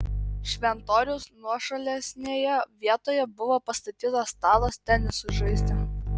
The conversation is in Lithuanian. šventoriaus nuošalesnėje vietoje buvo pastatytas stalas tenisui žaisti